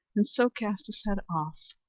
and so cast his head off.